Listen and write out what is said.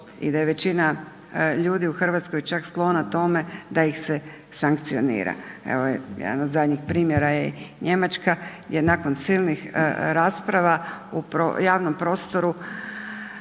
i da je većina ljudi u Hrvatskoj sklona tome da ih se sankcionira. Evo, jedan od zadnjih primjera je Njemačka gdje nakon silnih rasprava u javnom prostoru,